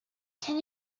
can